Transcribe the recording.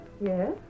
Yes